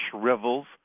shrivels